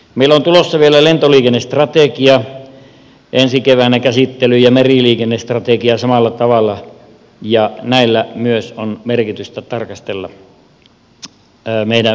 meillä on tulossa vielä lentoliikennestrategia ensi keväänä käsittelyyn ja meriliikennestrategia samalla tavalla ja näillä myös on merkitystä tarkastella meidän väylähankkeita